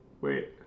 Wait